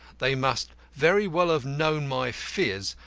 they must very well have known my phiz,